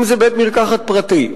אם בית-מרקחת פרטי,